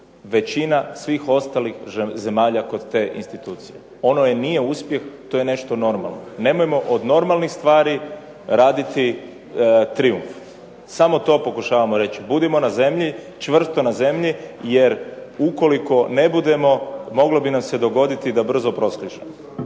većina svih ostalih zemalja kod te institucije. Ono nije uspjeh, to je nešto normalno. Nemojmo od normalnih stvari raditi trijumf. Samo to pokušavamo reći. Budimo na zemlji, čvrsto na zemlji, jer ukoliko ne budemo moglo bi nam se dogoditi da brzo proskližemo.